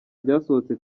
ryasohotse